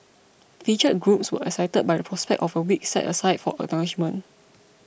featured groups were excited by the prospect of a week set aside for acknowledgement